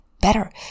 better